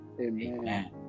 Amen